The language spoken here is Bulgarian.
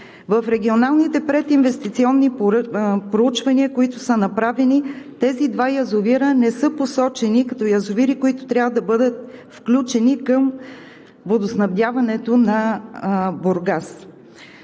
В регионалните прединвестиционни проучвания, които са направени, тези два язовира не са посочени като язовири, които трябва да бъдат включени към водоснабдяването на Бургас.